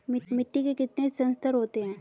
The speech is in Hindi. मिट्टी के कितने संस्तर होते हैं?